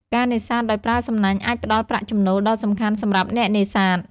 ការនេសាទដោយប្រើសំណាញ់អាចផ្តល់ប្រាក់ចំណូលដ៏សំខាន់សម្រាប់អ្នកនេសាទ។